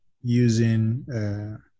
using